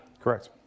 Correct